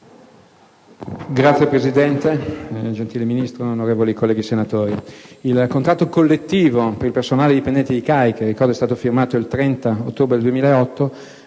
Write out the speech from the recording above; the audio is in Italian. Signora Presidente, gentile Ministro, onorevoli colleghi senatori, il contratto collettivo per il personale dipendente della CAI S.p.A. - che, ricordo, è stato firmato il 30 ottobre 2008